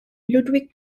ludwig